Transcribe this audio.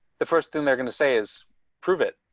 the first thing they're going to say is prove it.